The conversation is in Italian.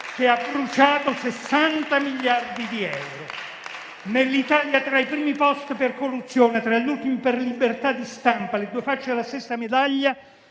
che ha bruciato 60 miliardi di euro. Nell'Italia tra i primi posti per corruzione e tra gli ultimi per libertà di stampa, le due facce della stessa medaglia,